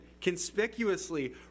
conspicuously